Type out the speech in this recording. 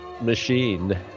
Machine